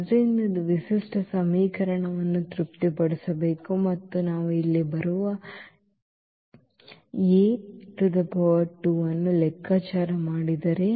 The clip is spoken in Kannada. ಆದ್ದರಿಂದ ಇದು ವಿಶಿಷ್ಟ ಸಮೀಕರಣವನ್ನು ತೃಪ್ತಿಪಡಿಸಬೇಕು ಮತ್ತು ನಾವು ಇಲ್ಲಿ ಬರುವ A2 ಅನ್ನು ಲೆಕ್ಕಾಚಾರ ಮಾಡಿದರೆ